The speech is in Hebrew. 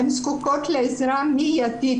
הן זקוקות לעזרה מיידית,